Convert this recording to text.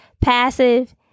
passive